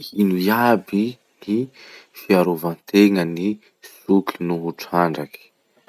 Ino iaby ny fiarovan-tenan'ny soky na trandraky?